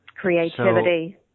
Creativity